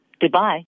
Goodbye